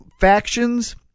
factions